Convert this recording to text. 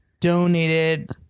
donated